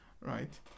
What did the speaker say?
right